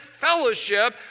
fellowship